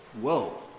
Whoa